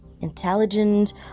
intelligent